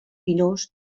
pinós